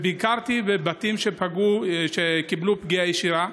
ביקרתי בבתים שקיבלו פגיעה ישירה,